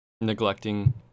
neglecting